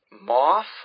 Moth